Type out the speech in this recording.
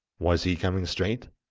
was he coming straight?